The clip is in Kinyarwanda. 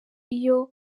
iyo